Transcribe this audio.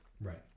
Right